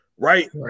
Right